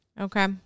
Okay